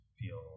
feel